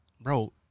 bro